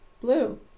Blue